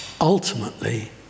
ultimately